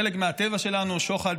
חלק מהטבע שלנו, שוחד